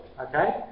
Okay